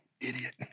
Idiot